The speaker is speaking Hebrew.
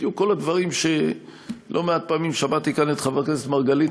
בדיוק כל הדברים שלא-מעט פעמים שמעתי כאן את חבר הכנסת מרגלית,